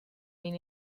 been